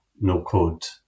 no-code